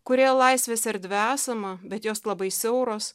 kurioje laisvės erdvių esama bet jos labai siauros